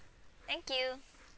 thank you